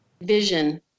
vision